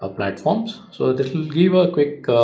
ah platforms so this will give a quick